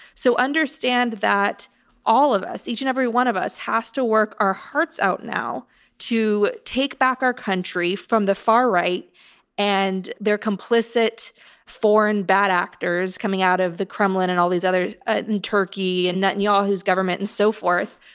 so understand that all of us, each and every one of us has to work our hearts out now to take back our country from the far right and their complicit foreign bad actors coming out of the kremlin and all these other, ah, turkey and netanyahu's government and so forth.